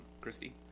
Christy